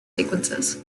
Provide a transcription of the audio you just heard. sequences